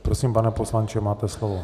Prosím, pane poslanče, máte slovo.